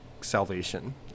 salvation